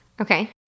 Okay